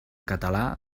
català